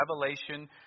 revelation